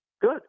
Good